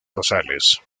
rosales